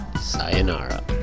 Sayonara